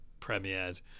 premiered